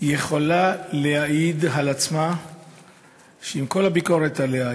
יכולה להעיד על עצמה שעם כל הביקורת עליה,